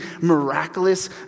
miraculous